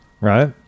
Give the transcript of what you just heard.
Right